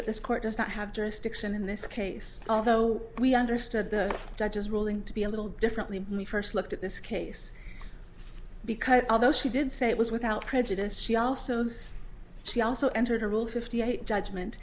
that this court does not have jurisdiction in this case although we understood the judge's ruling to be a little differently than the first looked at this case because although she did say it was without prejudice she also says she also entered a rule fifty eight judgment